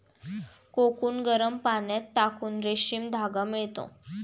cocoon गरम पाण्यात टाकून रेशीम धागा मिळतो